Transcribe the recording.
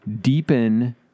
deepen